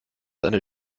eine